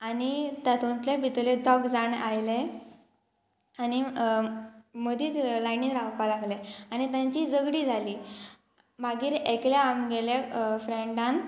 आनी तातूंतले भितरले दोग जाण आयले आनी मदींच लायनीन रावपाक लागले आनी तांचीं झगडीं जालीं मागीर एकल्या आमगेल्या फ्रेंडान